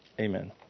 Amen